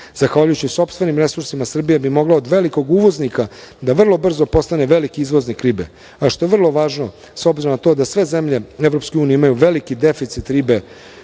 Zahvaljujući sopstvenim resursima, Srbija bi mogla, od velikog uvoznika, da vrlo brzo postane veliki izvoznik ribe, a što je vrlo važno s obzirom na to da sve zemlje Evropske unije imaju veliki deficit ribe